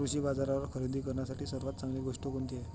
कृषी बाजारावर खरेदी करण्यासाठी सर्वात चांगली गोष्ट कोणती आहे?